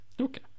Okay